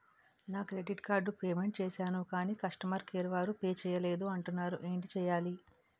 నా credit card payment చేసాను కాని కస్టమర్ కేర్ వారు పే చేయలేదు అంటున్నారు ఏంటి చేయాలి?